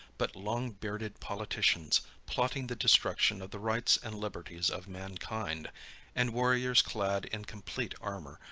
but long bearded politicians, plotting the destruction of the rights and liberties of mankind and warriors clad in complete armor,